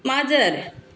माजर